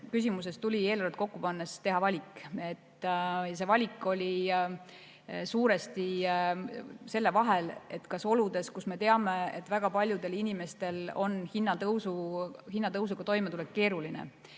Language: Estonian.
küsimuses tuli eelarvet kokku pannes teha valik. Ja see valik oli suuresti selle vahel, kas oludes, kus me teame, et väga paljudel inimestel on hinnatõusuga toimetulek keeruline,